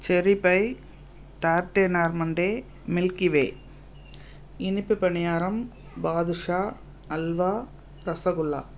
செரி pie tart Normandy Milky Way இனிப்புப் பணியாரம் பாதுஷா அல்வா ரசகுல்லா